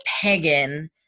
pagan